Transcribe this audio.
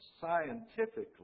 scientifically